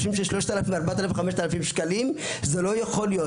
3,000, 4,000, 5,000 שקלים, זה לא יכול להיות.